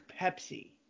Pepsi